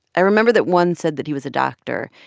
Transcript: i remember that one said that he was a doctor,